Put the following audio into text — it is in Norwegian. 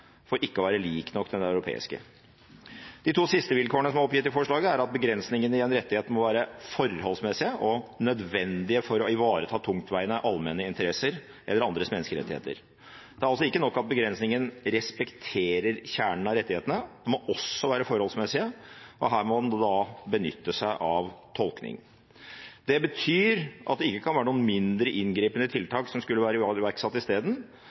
for ikke å være lik nok den europeiske. De to siste vilkårene som er oppgitt i forslaget, er at begrensningene i en rettighet må være forholdsmessige og nødvendige for å ivareta tungtveiende allmenne interesser eller andres menneskerettigheter. Det er altså ikke nok at begrensningen respekterer kjernen av rettighetene, de må også være forholdsmessige, og her må en da benytte seg av tolkning. Det betyr at det ikke kan være noen mindre inngripende tiltak som skulle vært iverksatt isteden,